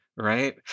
right